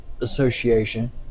Association